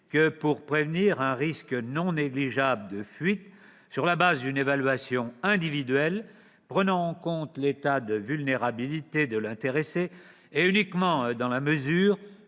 que pour prévenir un risque non négligeable de fuite, sur la base d'une évaluation individuelle prenant en compte l'état de vulnérabilité de l'intéressé, uniquement dans la mesure